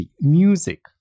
music